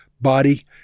body